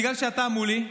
בגלל שאתה מולי,